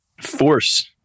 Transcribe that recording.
force